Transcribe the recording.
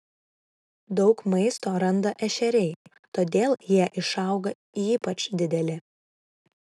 daug maisto randa ešeriai todėl jie išauga ypač dideli